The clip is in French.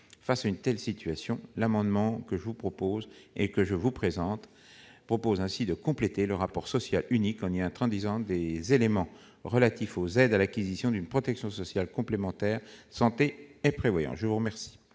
Face à une telle situation, l'amendement que je vous présente prévoit de compléter le rapport social unique en y introduisant des éléments relatifs aux aides à l'acquisition d'une protection sociale complémentaire santé et prévoyance.